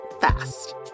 fast